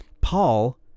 paul